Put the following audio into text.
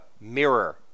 mirror